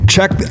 Check